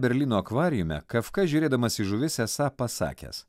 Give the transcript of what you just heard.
berlyno akvariume kafka žiūrėdamas į žuvis esą pasakęs